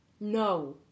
No